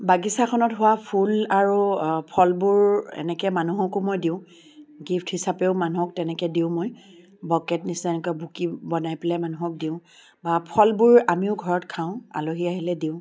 বাগিচাখনত হোৱা ফুল আৰু ফলবোৰ এনেকৈ মানোহকো মই দিওঁ গিফ্ট হিচাপেও মানুহক তেনেকৈ দিওঁ মই বকেট নিচিনা এনেকৈ বুকে' বনায় পেলাই মানুহক দিওঁ বা ফলবোৰ আমিও ঘৰত খাওঁ আলহী আহিলে দিওঁ